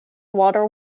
water